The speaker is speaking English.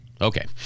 Okay